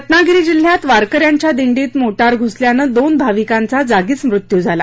रत्नागिरी जिल्ह्यात वारकऱ्यांच्या दिंडीत मोटार घुसल्यानं दोन भाविकांचा जागीच मृत्यू झाला